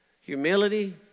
Humility